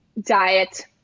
diet